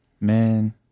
Man